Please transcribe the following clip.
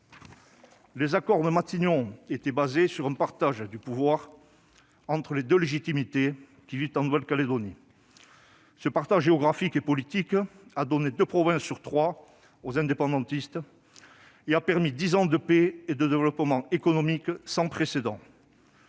Les accords de Matignon étaient fondés sur un partage du pouvoir entre les deux légitimités qui vivent en Nouvelle-Calédonie. Ce partage géographique et politique a donné deux provinces sur trois aux indépendantistes et a permis dix ans de paix et de développement économique sans précédent.